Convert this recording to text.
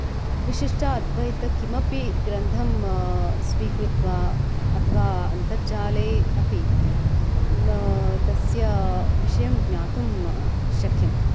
विशिष्ट अद्वैतकिमपि ग्रन्थं स्वीकृत्य अथवा अन्तर्जाले अपि तस्य विषयं ज्ञातुं शक्यम्